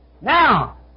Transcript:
Now